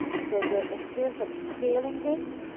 so the experience of scaling this,